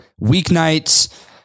weeknights